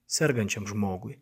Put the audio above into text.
sergančiam žmogui